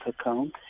account